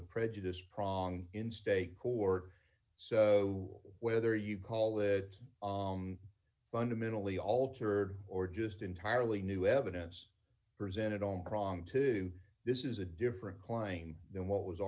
the prejudice prong in state court so whether you call it fundamentally altered or just entirely new evidence presented on prong two this is a different claim than what was